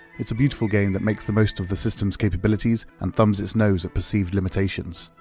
it's a beautiful game that makes the most of the system's capabilities and thumbs its nose at perceived limitations.